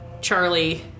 Charlie